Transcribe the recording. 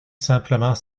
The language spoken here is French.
simplement